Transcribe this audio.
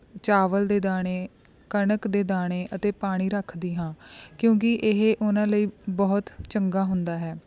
ਚਾਵਲ ਦੇ ਦਾਣੇ ਕਣਕ ਦੇ ਦਾਣੇ ਅਤੇ ਪਾਣੀ ਰੱਖਦੀ ਹਾਂ ਕਿਉਂਕਿ ਇਹ ਉਨ੍ਹਾਂ ਲਈ ਬਹੁਤ ਚੰਗਾ ਹੁੰਦਾ ਹੈ